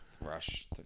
Rush